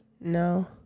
No